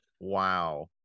Wow